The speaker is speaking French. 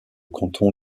canton